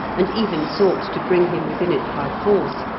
and even sought to bring him within it by force,